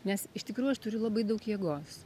nes iš tikrųjų aš turiu labai daug jėgos